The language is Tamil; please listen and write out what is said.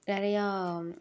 நிறையா